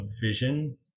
vision